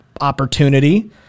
opportunity